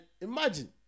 imagine